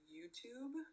YouTube